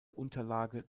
unterlage